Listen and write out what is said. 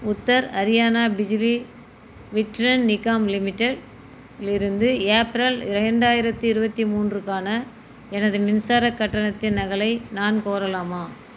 உத்தர் ஹரியானா பிஜ்லி விட்ரன் நிகாம் லிமிடெட்லிருந்து ஏப்ரல் இரண்டாயிரத்து இருபத்தி மூன்றுக்கான எனது மின்சாரக் கட்டணத்தின் நகலை நான் கோரலாமா